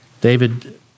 David